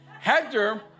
Hector